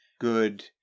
good